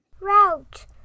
route